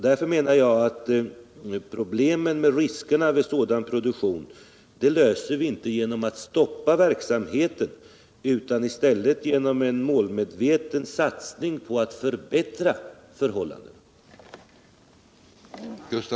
Därför menar jag att vi inte löser problemen med riskerna vid sådan produktion genom att stoppa verksamheten utan i stället genom en målmedveten satsning på att förbättra förhållandena.